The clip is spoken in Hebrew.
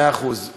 מאה אחוז.